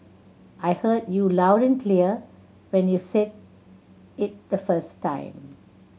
I heard you loud and clear when you said it the first time